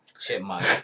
Chipmunk